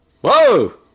Whoa